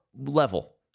level